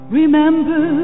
remember